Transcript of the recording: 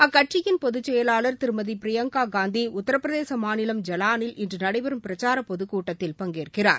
அக்கட்சியின் பொதுச் செயலாளர் திருமதி பிரியங்கா காந்தி உத்தரப் பிரதேச மாநிலம் ஜலானில் இன்று நடைபெறும் பிரச்சார பொதுக் கூட்டத்தில் பங்கேற்கிறார்